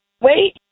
Wait